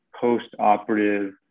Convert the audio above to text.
post-operative